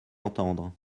entendre